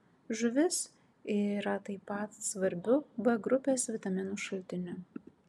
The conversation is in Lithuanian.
žuvis yra taip pat svarbiu b grupės vitaminų šaltiniu